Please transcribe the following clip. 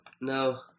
No